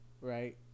right